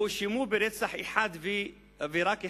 הם הואשמו ברצח אחד ורק אחד.